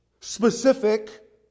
specific